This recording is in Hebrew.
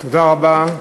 תודה רבה.